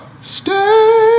stay